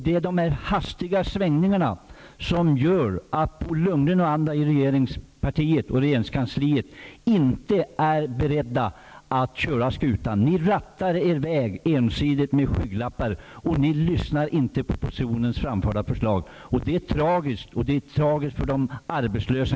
Det är de hastiga svängningarna som visar att Bo Lundgren och andra i regeringskansliet inte är beredda att köra skutan -- ni rattar er väg ensidigt med skygglappar och lyssnar inte på de förslag oppositionen framför, och det är tragiskt, inte minst för de arbetslösa.